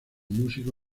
músico